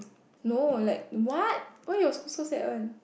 no like what why your school also have one